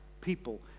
people